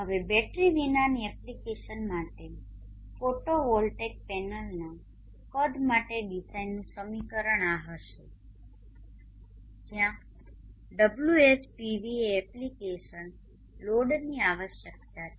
હવે બેટરી વિનાની એપ્લિકેશન માટે ફોટોવોલ્ટેઇક પેનલ્સના કદ માટે ડિઝાઇનનું સમીકરણ આ હશે જ્યાં Whpv એ એપ્લિકેશન લોડની આવશ્યકતા છે